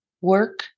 work